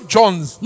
Johns